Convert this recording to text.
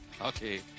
Okay